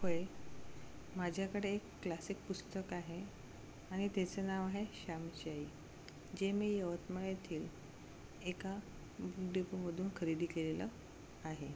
होय माझ्याकडे एक क्लासिक पुस्तक आहे आणि तेचं नाव आहे श्यामची आई जे मी यवतमाळ येथील एका बुकडेपोमधून खरेदी केलेलं आहे